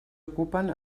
ocupen